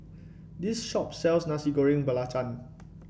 this shop sells Nasi Goreng Belacan